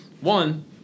one